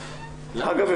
אגב,